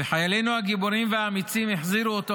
וחיילנו הגיבורים והאמיצים החזירו אותו